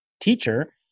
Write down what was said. teacher